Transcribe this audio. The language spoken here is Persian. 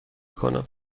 کنم